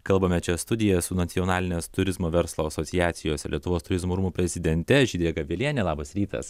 kalbame čia studijoje su nacionalinės turizmo verslo asociacijos ir lietuvos turizmo rūmų prezidente žydre gaveliene labas rytas